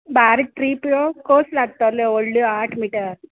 बारा ट्रिप्यो कस लागतल्यो व्हडल्यो आठ मिटर